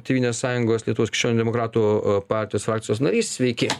tėvynės sąjungos lietuvos krikščionių demokratų partijos frakcijos narys sveiki